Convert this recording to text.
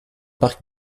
parc